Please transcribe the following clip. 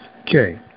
Okay